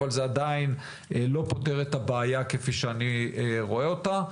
אבל זה עדיין לא פותר את הבעיה כפי שאני רואה אותה.